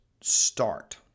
start